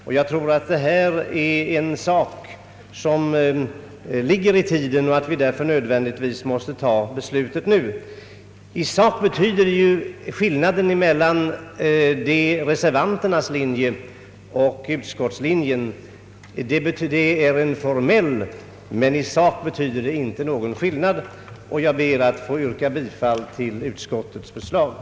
Jag tror också att vad som här föreslås är en sak som ligger i tiden och att vi därför bör fatta beslut nu. Skillnaden mellan reservanternas och utskottets linje är ju också mest av formell natur. Jag ber att få yrka bifall till utskottets förslag. i den takt ekonomiska och tekniska förutsättningar funnes härför.